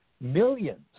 millions